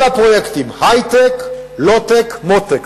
כל הפרויקטים, היי-טק, low-tech, Mo-Tech.